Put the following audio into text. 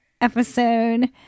episode